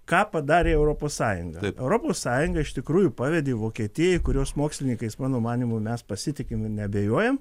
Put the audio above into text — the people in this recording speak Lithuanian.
ką padarė europos sąjunga europos sąjunga iš tikrųjų pavedė vokietijai kurios mokslininkais mano manymu mes pasitikim ir neabejojam